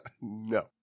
No